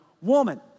woman